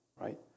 right